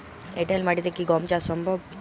এঁটেল মাটিতে কি গম চাষ সম্ভব?